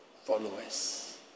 Followers